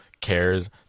cares